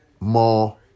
More